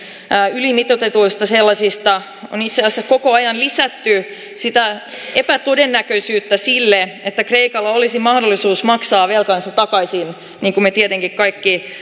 ylimitoitetuista sellaisista on itse asiassa koko ajan lisätty sitä epätodennäköisyyttä sille että kreikalla olisi mahdollisuus maksaa velkansa takaisin niin kuin me tietenkin kaikki